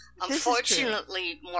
Unfortunately